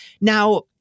Now